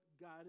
God